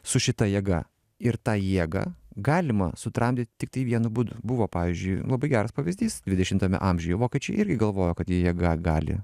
su šita jėga ir tą jėgą galima sutramdyt tiktai vienu būdu buvo pavyzdžiui labai geras pavyzdys dvidešimtame amžiuje vokiečiai irgi galvojo kad jie jėga gali